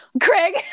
Craig